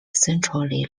centrally